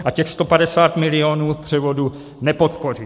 A těch 150 milionů převodu nepodpořím.